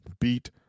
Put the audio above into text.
beat